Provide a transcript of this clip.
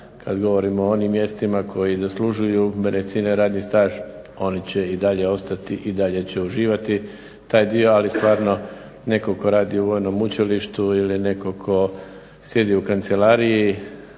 kad govorim o onim mjestima koji zaslužuju beneficirani radni staž oni će i dalje ostati i dalje će uživati taj dio. Ali stvarno netko tko radi u vojnom učilištu ili netko tko sjedi u kancelariji